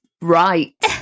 right